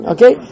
Okay